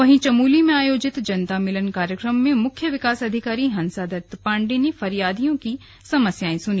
वहीं चमोली में आयोजित जनता मिलन कार्यक्रम में मुख्य विकास अधिकारी हसांदत्त पांडे ने फरियादियों की समस्याएं सुनी